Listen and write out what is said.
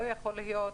לא יכול להיות